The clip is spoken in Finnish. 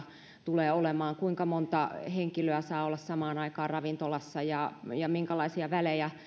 tulee olemaan kuinka monta henkilöä saa olla samaan aikaan ravintolassa ja ja minkälaisia välejä